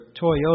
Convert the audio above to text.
Toyota